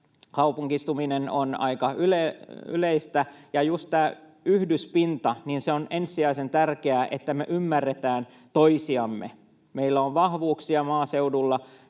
kaupungistuminen on aika yleistä, niin just tämä yhdyspinta on ensisijaisen tärkeä, että me ymmärretään toisiamme. Meillä on vahvuuksia maaseudulla,